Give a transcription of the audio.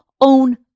own